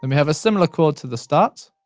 um have a similar chord to the start.